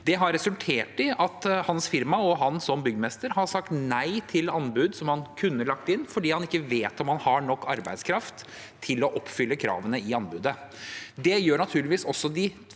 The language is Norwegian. Det har resultert i at hans firma og han som byggmester har sagt nei til anbud han kunne lagt inn, fordi han ikke vet om han har nok arbeidskraft til å oppfylle kravene i anbudet. Det gjør naturligvis også de